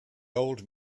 old